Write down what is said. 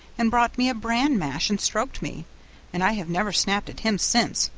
and brought me a bran mash and stroked me and i have never snapped at him since,